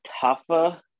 tougher